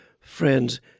friends